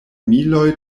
miloj